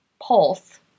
pulse